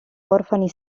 orfani